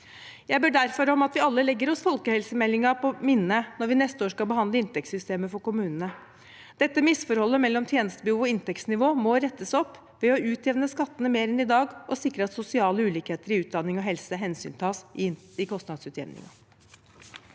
Jeg ber derfor om at vi alle legger oss folkehelsemeldingen på minne når vi neste år skal behandle inntektssystemet for kommunene. Dette misforholdet mellom tjenestebehov og inntektsnivå må rettes opp ved å utjevne skattene mer enn i dag og sikre at sosiale ulikheter i utdanning og helse hensyntas i de kostnadsutjevningene.